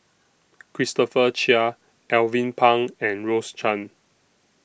Christopher Chia Alvin Pang and Rose Chan